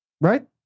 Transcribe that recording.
Right